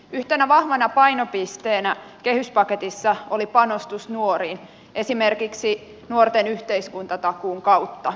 yhtenä vahvana painopisteenä kehyspaketissa oli panostus nuoriin esimerkiksi nuorten yhteiskuntatakuun kautta